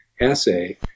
assay